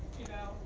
you know,